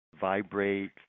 vibrate